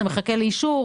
זה מחכה לאישור,